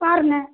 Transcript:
பாருங்கள்